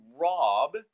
Rob